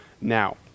now